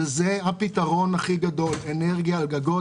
זה הפתרון הכי גדול אנרגיה על גגות,